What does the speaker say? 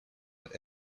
but